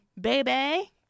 baby